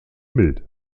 mild